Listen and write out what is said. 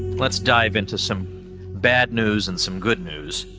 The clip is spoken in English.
let's dive into some bad news and some good news,